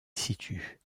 situ